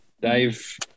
Dave